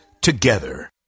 together